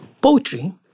Poetry